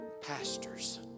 pastors